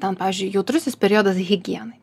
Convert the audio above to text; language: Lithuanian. ten pavyzdžiui jautrusis periodas higienai